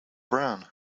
brown